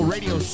Radio